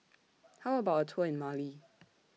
How about Tour in Mali